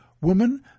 Woman